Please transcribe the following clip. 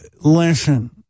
listen